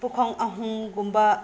ꯄꯨꯈꯝ ꯑꯍꯨꯝꯒꯨꯝꯕ